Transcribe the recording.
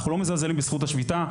אנחנו לא מזלזלים בזכות השביתה,